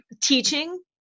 teaching